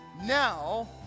now